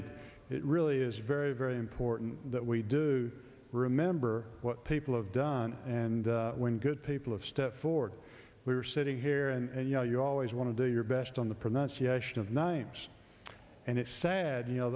ed it really is very very important that we do remember what people have done and when good people have stepped forward we're sitting here and you know you always want to do your best on the pronunciation of names and it's sad you know